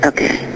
Okay